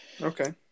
Okay